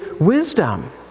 wisdom